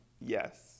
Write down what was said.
yes